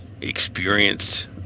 experienced